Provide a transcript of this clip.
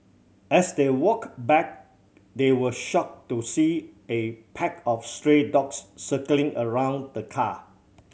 as they walk back they were shocked to see a pack of stray dogs circling around the car